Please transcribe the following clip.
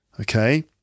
Okay